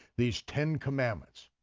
these ten commandments.